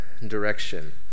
Direction